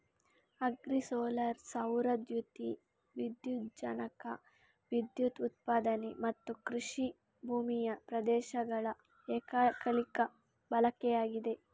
agri solar ಸೌರ ದ್ಯುತಿ ವಿದ್ಯುಜ್ಜನಕ ವಿದ್ಯುತ್ ಉತ್ಪಾದನೆ ಮತ್ತುಕೃಷಿ ಭೂಮಿಯ ಪ್ರದೇಶಗಳ ಏಕಕಾಲಿಕ ಬಳಕೆಯಾಗಿದೆ